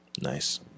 Nice